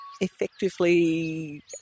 effectively